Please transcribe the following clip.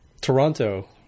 Toronto